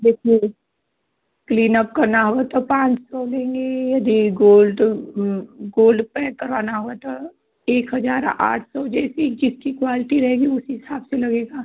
देखिए क्लीनअप करना होगा तो पाँच सौ लेंगे यदि गोल्ड गोल्ड पैक कराना हुआ तो एक हजार आठ सौ जैसी जिसकी क्वालटी रहेगी उस हिसाब से लगेगा